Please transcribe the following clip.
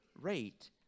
rate